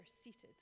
seated